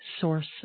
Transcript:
source